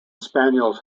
spaniel